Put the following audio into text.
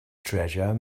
treasure